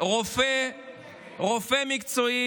אדוני היושב-ראש,